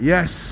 Yes